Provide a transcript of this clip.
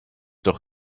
doch